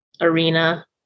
arena